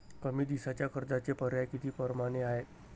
कमी दिसाच्या कर्जाचे पर्याय किती परमाने हाय?